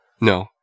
No